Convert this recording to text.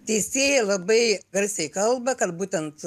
teisėjai labai garsiai kalba kad būtent